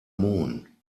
moon